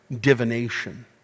divination